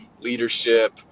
leadership